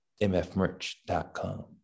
mfmerch.com